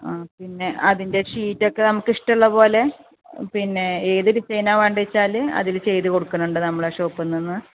ആ പിന്നെ അതിൻ്റെ ഷീറ്റൊക്കെ നമുക്ക് ഇഷ്ടമുള്ളത് പോലെ പിന്നെ ഏത് ഡിസൈനാണ് വേണ്ടതെന്ന് വെച്ചാൽ അതിൽ ചെയ്ത് കൊടുക്കുന്നുണ്ട് നമ്മളുടെ ഷോപ്പിൽ നിന്ന്